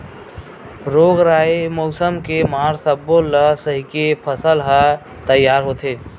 रोग राई, मउसम के मार सब्बो ल सहिके फसल ह तइयार होथे